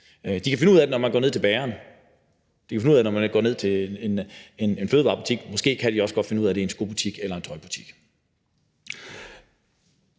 De kan finde ud af det, når man går ned til bageren; de kan finde ud af det, når man går ned i en fødevarebutik. Måske kan de også godt finde ud af det i en skobutik eller en tøjbutik.